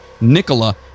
Nicola